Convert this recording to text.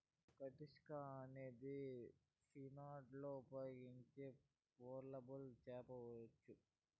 కటిస్కా అనేది ఫిన్లాండ్లో ఉపయోగించే పోర్టబుల్ చేపల ఉచ్చు